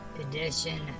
Edition